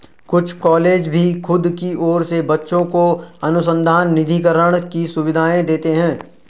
कुछ कॉलेज भी खुद की ओर से बच्चों को अनुसंधान निधिकरण की सुविधाएं देते हैं